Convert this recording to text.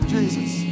Jesus